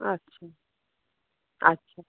আচ্ছা আচ্ছা